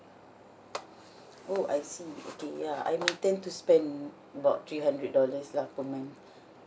oh I see okay ya I intend to spend about three hundred dollars lah per month